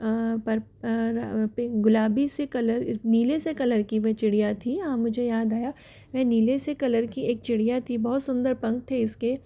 गुलाबी से कलर नीले से कलर की वे चिड़िया थी हाँ मुझे याद आया वे नीले से कलर की एक चिड़िया थी बहुत सुंदर पंख थे इसके